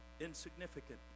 insignificant